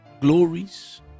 glories